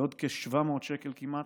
בעוד כ-700 שקל כמעט.